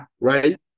Right